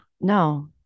No